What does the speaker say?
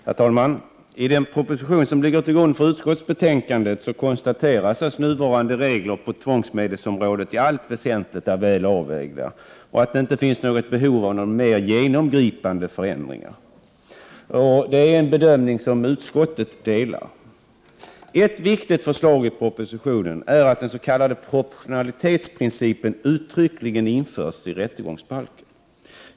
Herr talman! I den proposition som ligger till grund för utskottets betänkande konstateras att nuvarande regler på tvångsmedelsområdet i allt väsentligt är väl avvägda. Det finns inte något behov av några mer genomgripande förändringar. Det är en bedömning som utskottet delar. Ett viktigt förslag i propositionen är att den s.k. proportionalitetsprincipen uttryckligen införs i rättegångsbalken.